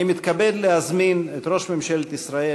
אני מתכבד להזמין את ראש ממשלת ישראל